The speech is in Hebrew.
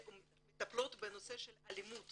שמטפלות בנושא של אלימות